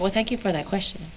what thank you for that question